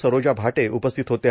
सरोजा भाटे उपस्थित होत्या